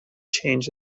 changed